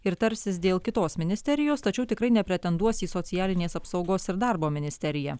ir tarsis dėl kitos ministerijos tačiau tikrai nepretenduos į socialinės apsaugos ir darbo ministeriją